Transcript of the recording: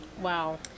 wow